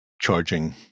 charging